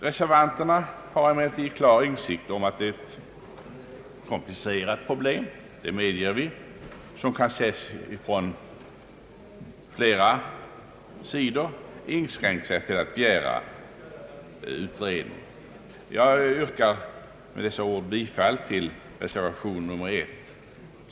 Reservanterna har emellertid i klar insikt om att detta är ett komplicerat problem, som kan ses från flera sidor, inskränkt sig till att begära utredning. Jag yrkar med dessa ord bifall till reservation nr 1.